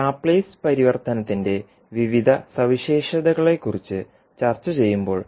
Laplace പരിവർത്തനത്തിന്റെ വിവിധ സവിശേഷതകളെക്കുറിച്ച് ചർച്ചചെയ്യുമ്പോൾ